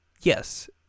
Yes